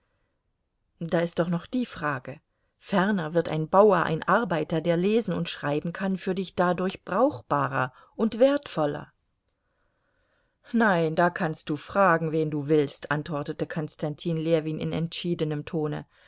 das ist doch noch die frage ferner wird ein bauer ein arbeiter der lesen und schreiben kann für dich dadurch brauchbarer und wertvoller nein da kannst du fragen wen du willst antwortete konstantin ljewin in entschiedenem tone